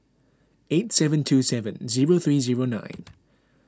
eight seven two seven zero three zero nine